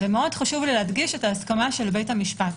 ומאוד חשוב לי להדגיש את ההסכמה של בית המשפט.